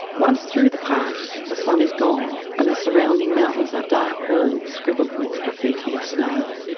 once through the pass, the sun is gone and the surrounding mountains are dark walls scribbled with graffiti of snow.